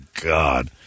God